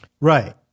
right